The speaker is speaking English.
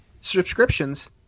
subscriptions